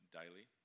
daily